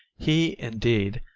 he, indeed,